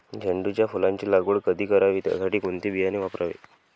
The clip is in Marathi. झेंडूच्या फुलांची लागवड कधी करावी? त्यासाठी कोणते बियाणे वापरावे?